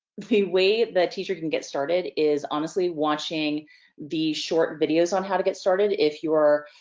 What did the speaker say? the way the teacher can get started is honestly watching the short videos on how to get started. if you're